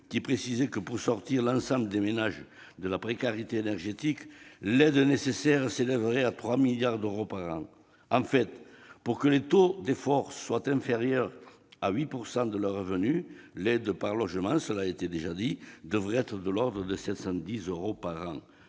qui précisait que, pour sortir l'ensemble des ménages de la précarité énergétique, l'aide nécessaire s'élèverait à 3 milliards d'euros par an. En fait, pour que le taux d'effort soit inférieur à 8 % des revenus, l'aide par logement devrait être de l'ordre de 710 euros par an.